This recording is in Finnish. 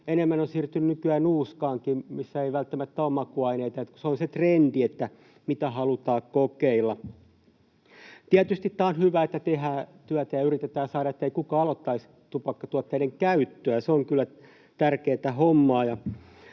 enemmän ovat siirtyneet nykyään nuuskaankin, missä ei välttämättä ole makuaineita. Se on se trendi, mitä halutaan kokeilla. Tietysti on hyvä, että tehdään työtä ja yritetään saada, ettei kukaan aloittaisi tupakkatuotteiden käyttöä. Se on kyllä tärkeätä hommaa.